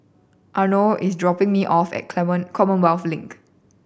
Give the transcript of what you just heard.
Arno is dropping me off at Commonwealth Link